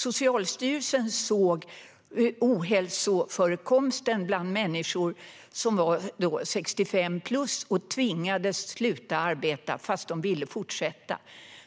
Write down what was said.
Socialstyrelsen såg ohälsoförekomsten bland människor som var 65-plus och tvingades sluta arbeta, trots att de ville fortsätta.